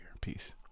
peace